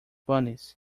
bunnies